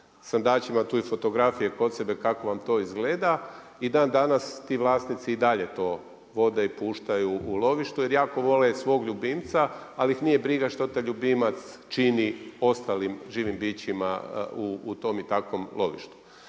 srndaće tu je fotografije kod sebe kako vam to izgleda i dan danas ti vlasnici i dalje to vode i puštaju u lovištu jer jako vole svog ljubimca, ali ih nije briga što taj ljubimac čini ostalim živim bićima u tom i takvom lovištu.